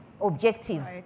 Objectives